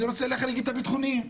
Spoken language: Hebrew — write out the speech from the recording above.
אני רוצה להחריג את הביטחוניים.